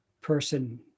person